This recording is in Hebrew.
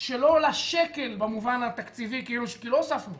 שלא עולה שקל במובן התקציבי, כי לא הוספנו.